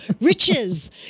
riches